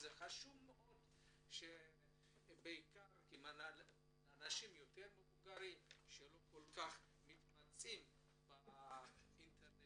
חשוב מאוד בעיקר לאנשים יותר מבוגרים שלא מתמצאים בדיגיטל.